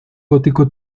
gótico